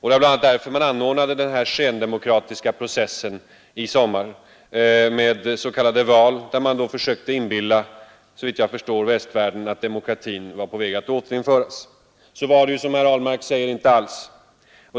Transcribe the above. Det var bl.a. därför man anordnade den här skendemokratiska processen i somras med s.k. val, där man försökte inbilla västvärlden att demokratin var på väg att återinföras. Så var det ju, som herr Ahlmark säger, inte alls.